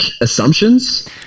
assumptions